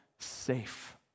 safe